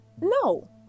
No